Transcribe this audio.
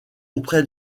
auprès